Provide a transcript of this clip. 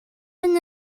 wenn